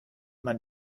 man